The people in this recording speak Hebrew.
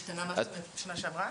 השתנה משהו מהשנה שעברה?